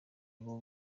rwo